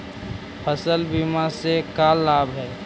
फसल बीमा से का लाभ है?